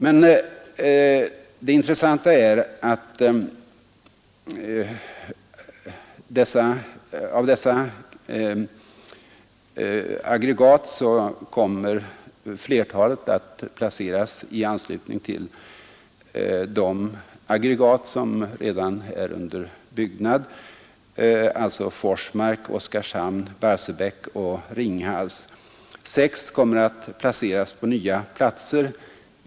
Men det intressanta är att av dessa aggregat kommer flertalet att placeras i anslutning till aggregat som nu är under byggnad, alltså Forsmark, Oskarshamn, Barsebäck och Ringhals och att sex kärnkraftaggregat kommer att placeras på nya platser.